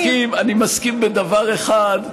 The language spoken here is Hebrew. אם כי אני מסכים בדבר אחד,